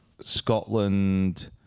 Scotland